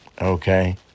okay